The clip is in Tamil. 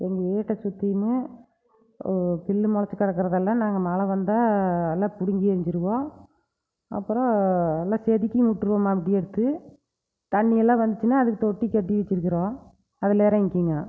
எங்கள் வீட்டை சுத்திலும் பில் முலச்சி கிடக்குறதெல்லாம் நாங்கள் மழை வந்தால் அதுலாம் பிடிங்கி ஏறிஞ்சிருவோம் அப்புறோம் நல்லா செதுக்கியும் விற்றுவோம் மம்புட்டி எடுத்து தண்ணியெல்லாம் வந்துச்சினா அதுக்கு தொட்டி கட்டி வச்சுருக்குறோம் அதில் இறங்கிக்குங்க